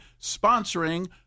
sponsoring